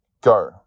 Go